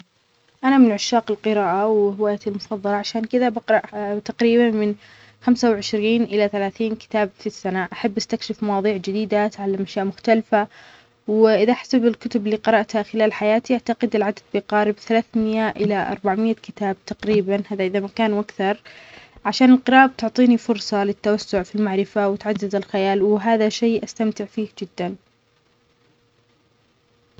أنا من عشاق القراءة وهواتي المفضلة. عشان كده بقرأ تقريباً من خمسه و عشرين إلى ثلاثين كتاب في السنة. أحب استكشف مواضيع جديدة، اتعلم أشياء مختلفة. وإذا احسب الكتب اللي قرأتها خلال حياتي، أعتقد العدد بيقارب ثلاثميه إلى اربعميه كتاب تقريباً. هذا إذا ما كانو اكثر. عشان القراءة بتعطيني فرصة للتوسع في المعرفة وتعزز الخيال. وهذا شي أستمتع فيه جداً.